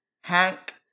Hank